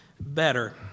better